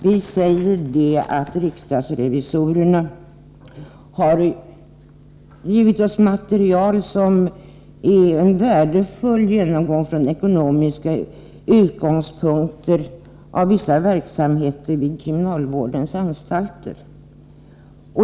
Vi säger att riksdagsrevisorerna har givit oss material som utgör en värdefull genomgång från ekonomiska utgångspunkter av vissa verksamheter vid kriminalvårdens anstalter.